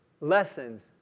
lessons